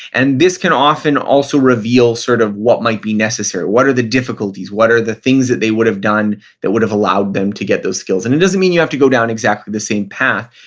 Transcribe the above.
and this can often also reveal sort of what might be necessary, what are the difficulties, what are the things that they would have done that would have allowed them to get those skills. and it doesn't mean you have to go down exactly the same path,